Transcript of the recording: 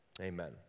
Amen